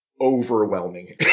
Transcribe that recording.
overwhelming